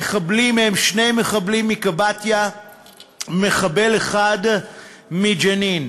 המחבלים הם, שני מחבלים מקבטיה ומחבל אחד מג'נין.